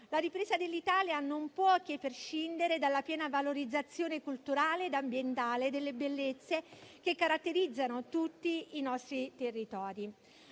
La ripresa dell'Italia non può prescindere dalla piena valorizzazione culturale ed ambientale delle bellezze che caratterizzano tutti i nostri territori.